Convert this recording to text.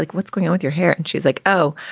like what's going on with your hair? and she's like, oh.